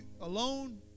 alone